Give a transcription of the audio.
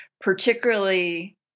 particularly